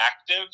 active